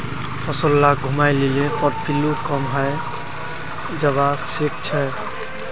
फसल लाक घूमाय लिले पर पिल्लू कम हैं जबा सखछेक